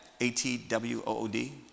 A-T-W-O-O-D